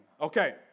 Okay